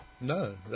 No